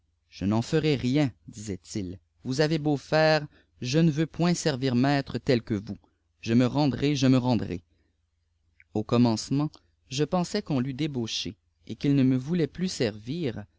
je n'en ferai riéh disait-il vous avez heata faire je ne veux point servir maître ttel que vous je me rendrai jéiï rendrai au commencement je pensais qu'on l'eût débaucîîè èl qu'il ne me voulait pïus servir